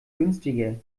günstiger